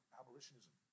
abolitionism